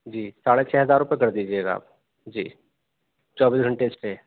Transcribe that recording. جی ساڑھے چھ ہزار روپے کر دیجیے گا اب جی چوبیس گھنٹے اسٹے